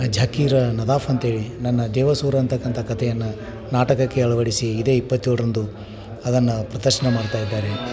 ಜಾಕೀರ್ ನದಾಫ್ ಅಂತ್ಹೇಳಿ ನನ್ನ ದೇವಸೂರ್ ಅನ್ತಕ್ಕಂಥ ಕತೆಯನ್ನು ನಾಟಕಕ್ಕೆ ಅಳವಡಿಸಿ ಇದೇ ಇಪ್ಪತ್ತೇಳರಂದು ಅದನ್ನು ಪ್ರದರ್ಶನ ಮಾಡ್ತಾ ಇದ್ದಾರೆ